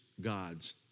God's